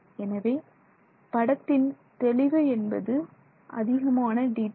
எனவே படத்தின் தெளிவு என்பது அதிகமான டீட்டைல்